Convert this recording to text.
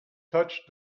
touched